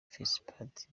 fesipadi